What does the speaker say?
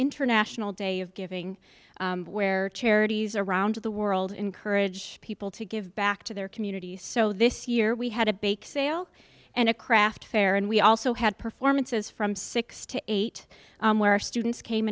international day of giving where charities around the world encourage people to give back to their community so this year we had a bake sale and a craft fair and we also had performances from six to eight where students came